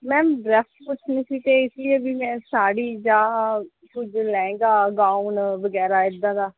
ma'am dress ਪੁੱਛਣੀ ਸੀ ਅਤੇ ਇਸ ਲਈ ਵੀ ਮੈਂ ਸਾੜੀ ਜਾਂ ਕੋਈ ਲਹਿੰਗਾ ਗਾਊਨ ਵਗੈਰਾ ਐਦਾਂ ਦਾ